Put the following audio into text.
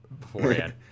beforehand